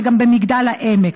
זה גם במגדל העמק.